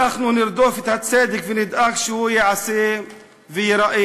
אנחנו נרדוף את הצדק ונדאג שהוא ייעשה וייראה.